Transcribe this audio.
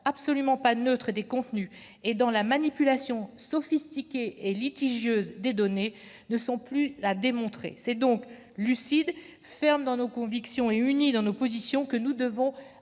absolument non neutre des contenus et la manipulation sophistiquée et litigieuse des données -ne sont plus à démontrer. C'est donc lucides, fermes dans nos convictions et unis dans nos positions que nous devons